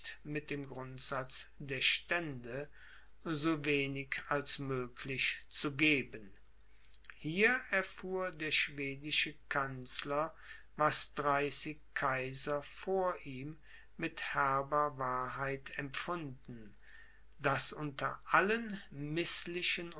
mit dem grundsatz der stände so wenig als möglich zu geben hier erfuhr der schwedische kanzler was dreißig kaiser vor ihm mit herber wahrheit empfunden daß unter allen mißlichen